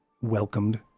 welcomed